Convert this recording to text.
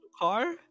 car